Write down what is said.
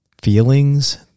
feelings